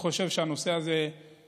אני חושב שהנושא הזה חשוב.